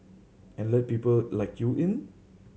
and let people like you in